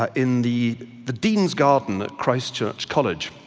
ah in the the deans garden at christ church college,